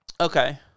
Okay